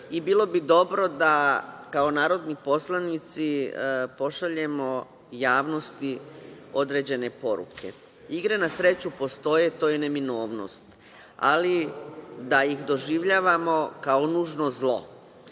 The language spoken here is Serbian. i bilo bi dobro da kao narodni poslanici pošaljemo javnosti određene poruke. Igre na sreću postoje, to je neminovnost, ali da ih doživljavamo kao nužno zlo.